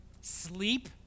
sleep